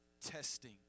testing